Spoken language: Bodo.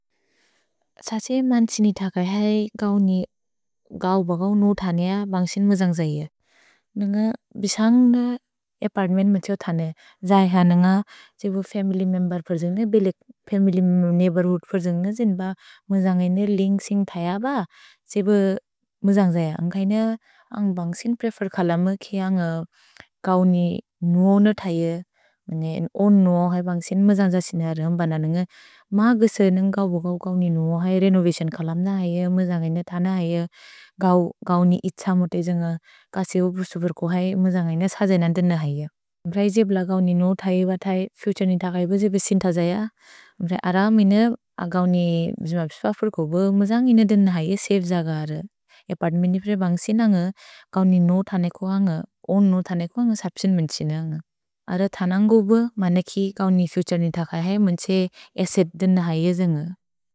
स त्से मन् त्सिनितक है गौ नि गौ ब गौ नु तनिअ बन्ग्सिन् मुजन्ग् जहिअ। नुन्ग बिशन्ग् न अपर्त्मेन्त् म त्सेओ तनिअ। जहिअ नन्ग त्सेबु फमिल्य् मेम्बेर् पेर्जुन्ग, बेलेक् फमिल्य् नेइघ्बोर्हूद् पेर्जुन्ग जिन्ब मुजन्ग् ऐन लिन्ग् सिन्ग् थय ब त्सेबु मुजन्ग् जहिअ। अन्ग् हैन अन्ग् बन्ग्सिन् प्रेफेर् खलम किअ न्ग गौ नि नुओनत् है, मन्गे उन् नुओन् है बन्ग्सिन् मुजन्ग् जहिअ सिन रम्बनन न्ग मा गुसन गौ ब गौ नि नुओन् है, रेनोवतिओन् खलम न है, मुजन्ग् ऐन तन है, गौ नि इत्स मुत इस न्ग कसेवु बुसुबुर्को है, मुजन्ग् ऐन सहजन देन है। भ्रै जिब्ल गौ नि नुओत् है ब थै फुतुरे नि तकै ब जिब्बि सिन्थ जहिअ। म्ब्रै अरम् इन अ गौ नि मुजन्ग् इन देन है, सवे जह्ग अर। अपर्त्मेन्त् निप्रे बन्ग्सिन् नन्ग गौ नि नुओत् हने कुअ न्ग, उन् नुओत् हने कुअ न्ग सप्सिन् म्त्सिन न्ग। अर तनन्गु ब मन कि गौ नि फुतुरे नि तकै है, म्त्से अस्सेत् देन है यज न्ग।